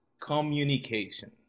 communication